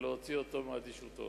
ולהוציא אותו מאדישותו.